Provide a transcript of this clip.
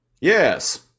Yes